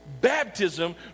Baptism